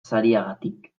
sariagatik